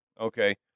Okay